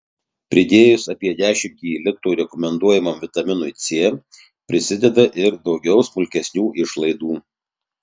pridėjus apie dešimtį litų rekomenduojamam vitaminui c prisideda ir daugiau smulkesnių išlaidų